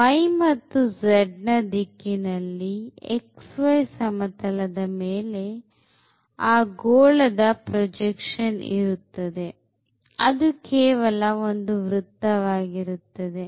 Y ಮತ್ತು z ದಿಕ್ಕಿನಲ್ಲಿ xy ಸಮತಲದ ಮೇಲೆ ಗೋಳದ ಪ್ರೊಜೆಕ್ಷನ್ ಇರುತ್ತದೆ ಅದು ಕೇವಲ ಒಂದು ವೃತ್ತ ವಾಗಿರುತ್ತದೆ